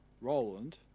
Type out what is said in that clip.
Roland